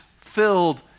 filled